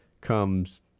comes